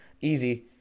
easy